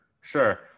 sure